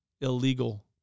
illegal